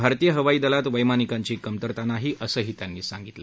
भारतीय हवाई दलात वैमानिकांची कमतरता नाही असंही त्यांनी सांगितलं